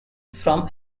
from